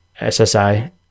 SSI